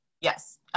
Yes